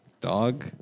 Dog